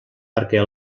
perquè